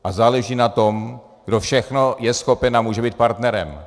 A záleží na tom, kdo všechno je schopen a může být partnerem.